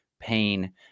pain